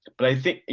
but, you